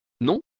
Non